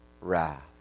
wrath